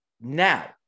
Now